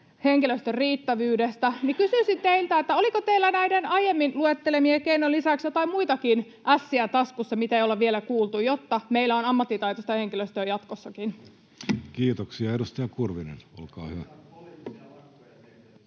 henkilöstön riittävyydestä, niin kysyisin teiltä, oliko teillä näiden aiemmin lueteltujen keinojen lisäksi joitain muitakin ässiä taskussa, mitä ei olla vielä kuultu, jotta meillä on ammattitaitoista henkilöstöä jatkossakin. Kiitoksia. — Edustaja Kurvinen, olkaa hyvä.